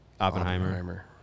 Oppenheimer